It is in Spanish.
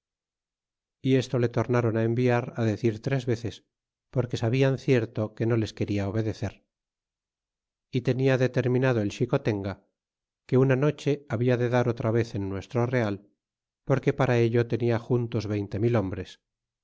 y esto le tornáron á enviar decir tres vecesaorque sabian cierto que no les quena obedecer y tenia determinado el xicotenga que una noche habia de dar otra vez en nuestro real porque para ello tenia juntos veinte mil hombres